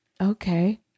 okay